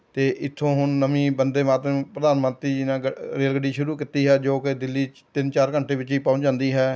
ਅਤੇ ਇੱਥੋਂ ਹੁਣ ਨਵੀਂ ਬੰਦੇਮਾਤਰਮ ਪ੍ਰਧਾਨ ਮੰਤਰੀ ਜੀ ਨੇ ਗ ਰੇਲ ਗੱਡੀ ਸ਼ੁਰੂ ਕੀਤੀ ਹੈ ਜੋ ਕਿ ਦਿੱਲੀ 'ਚ ਤਿੰਨ ਚਾਰ ਘੰਟੇ ਵਿੱਚ ਹੀ ਪਹੁੰਚ ਜਾਂਦੀ ਹੈ